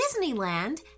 Disneyland